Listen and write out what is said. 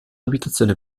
abitazione